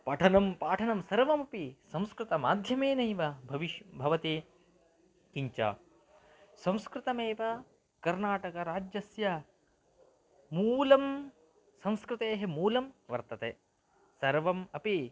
पठनं पाठं सर्वमपि संस्कृतमाध्यमेनैव भविष् भवति किञ्च संस्कृतमेव कर्नाटकराज्यस्य मूलं संस्कृतेः मूलं वर्तते सर्वम् अपि